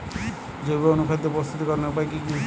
জৈব অনুখাদ্য প্রস্তুতিকরনের উপায় কী কী?